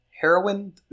Heroin